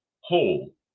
whole